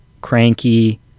cranky